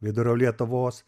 vidurio lietuvos